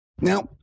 Now